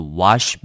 wash